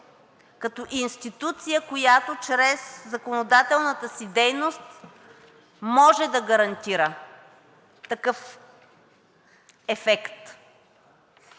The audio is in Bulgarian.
като институция, която чрез законодателната си дейност може да гарантира такъв ефект.